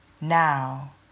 now